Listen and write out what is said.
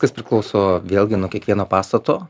kas priklauso vėlgi nuo kiekvieno pastato